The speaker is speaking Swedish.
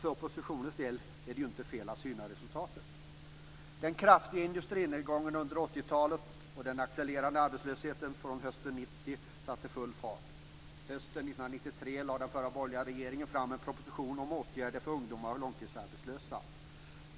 För oppositionens del är det inte fel att syna resultatet. Den kraftiga industrinedgången under 80-talet och den accelererande arbetslösheten från hösten 1990 satte full fart. Hösten 1993 lade den förra borgerliga regeringen fram en proposition om åtgärder för ungdomar och långtidsarbetslösa.